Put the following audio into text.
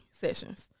sessions